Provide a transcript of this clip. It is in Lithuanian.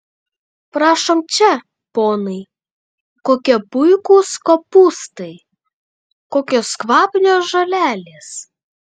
prašom čia ponai kokie puikūs kopūstai kokios kvapnios žolelės